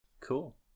Cool